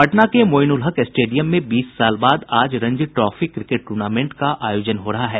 पटना के मोईनुलहक स्टेडियम में बीस साल बाद आज रणजी ट्रॉफी क्रिकेट टूर्नामेंट का आयोजन हो रहा है